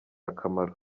akamaro